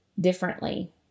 differently